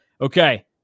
Okay